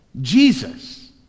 Jesus